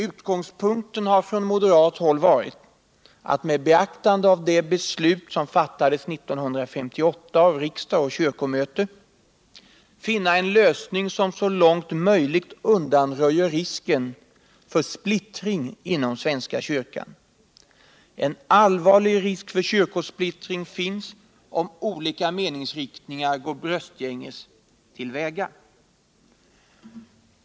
Utgångspunkten har från moderat håll varit att med beaktande av det beslut som fattades 1958 av riksdag och kyrkomöte finna en lösning som så långt. möjligt undanröjer risken för splittring inom svenska kyrkan. En allvarlig risk för kyrkospliuring finns, om olika meningsriktningar går bröstgänges ull väga.